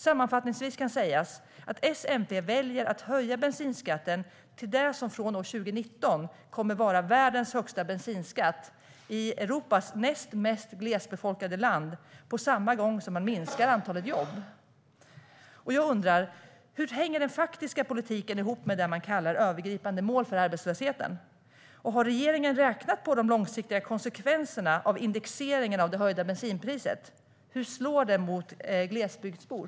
Sammanfattningsvis kan sägas att S-MP väljer att höja bensinskatten till en nivå som från år 2019 kommer att vara världens högsta, och det i Europas näst mest glesbefolkade land, samtidigt som man minskar antalet jobb. Jag undrar: Hur hänger den faktiska politiken ihop med det man kallar övergripande mål för arbetslösheten? Har regeringen räknat på de långsiktiga konsekvenserna av indexeringen av det höjda bensinpriset? Hur slår det mot glesbygdsbor?